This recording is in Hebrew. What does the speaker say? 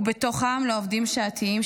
ובתוכם לעובדים שעתיים,